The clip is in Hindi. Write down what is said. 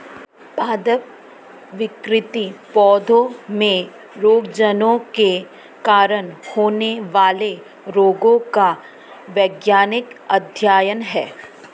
पादप विकृति पौधों में रोगजनकों के कारण होने वाले रोगों का वैज्ञानिक अध्ययन है